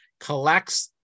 collects